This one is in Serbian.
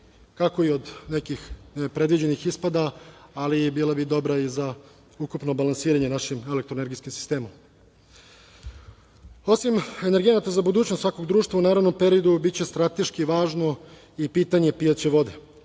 kako od nekih nepredviđenih ispada, ali bila bi dobra i za ukupno balansiranje našim eleketroenergetskim sistemom. Osim energenata, za budućnost svakog društva u narednom periodu biće strateški važno i pitanje pijaće vode.